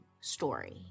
story